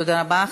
תודה רבה.